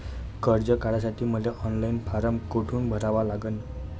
कर्ज काढासाठी मले ऑनलाईन फारम कोठून भरावा लागन?